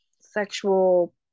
sexual